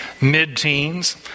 mid-teens